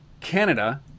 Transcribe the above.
Canada